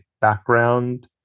background